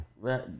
Right